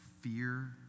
fear